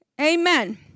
Amen